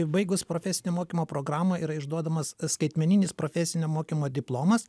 baigus profesinio mokymo programą yra išduodamas skaitmeninis profesinio mokymo diplomas